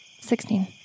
Sixteen